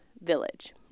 Village